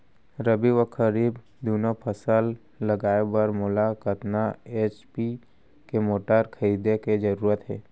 रबि व खरीफ दुनो फसल लगाए बर मोला कतना एच.पी के मोटर खरीदे के जरूरत हे?